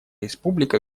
республика